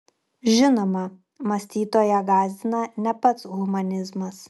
žinoma mąstytoją gąsdina ne pats humanizmas